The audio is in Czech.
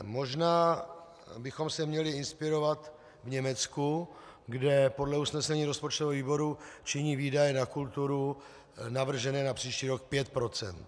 Možná bychom se měli inspirovat v Německu, kde podle usnesení rozpočtového výboru činí výdaje na kulturu navržené na příští rok 5 %.